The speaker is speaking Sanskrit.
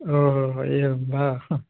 ओ हो हो एवं वा